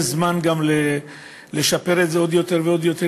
זמן לשפר את זה עוד יותר ועוד יותר,